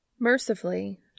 Mercifully